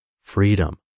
Freedom